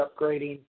upgrading